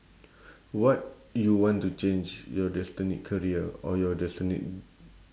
what you want to change your destiny career or your destiny